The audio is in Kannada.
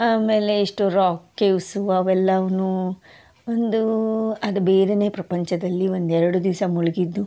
ಆಮೇಲೆ ಇಷ್ಟು ರಾಕ್ ಕೆವ್ಸ್ ಅವೆಲ್ಲವನ್ನು ಒಂದು ಅದು ಬೇರೆನೆ ಪ್ರಪಂಚದಲ್ಲಿ ಒಂದೆರಡು ದಿವಸ ಮುಳುಗಿದ್ದು